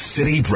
City